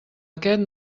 aquest